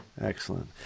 Excellent